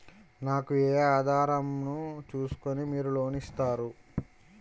నాకు ఏ ఆధారం ను చూస్కుని మీరు లోన్ ఇస్తారు?